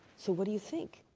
so, what do you think?